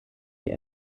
die